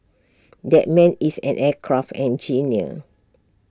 that man is an aircraft engineer